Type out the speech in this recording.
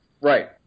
Right